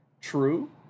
True